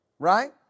Right